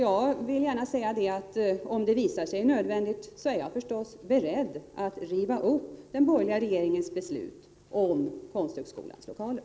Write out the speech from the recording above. Jag vill gärna säga att om det visar sig nödvändigt, är jag förstås beredd att riva upp den borgerliga regeringens beslut om Konsthögskolans lokaler.